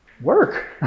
Work